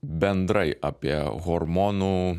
bendrai apie hormonų